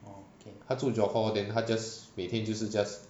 他住 johor then 他 just 每天就是 just